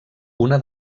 una